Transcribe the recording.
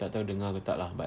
tak tahu dengar ke tak lah but